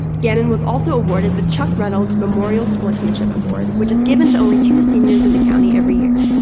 gannon was also awarded the chuck reynolds memorial sportsmanship award, which is given to only two seniors in the county every year.